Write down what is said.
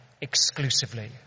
exclusively